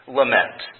lament